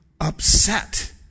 upset